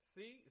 See